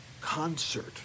concert